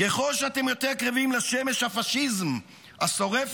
ככל שאתם יותר קרבים לשמש הפשיזם השורפת,